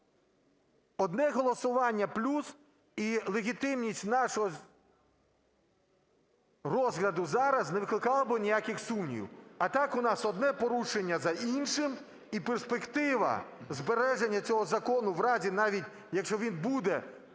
Одне голосування плюс і легітимність нашого розгляду зараз не викликало б ніяких сумнівів. А так у нас одне порушення за іншим, і перспектива збереження цього закону в разі навіть, якщо він буде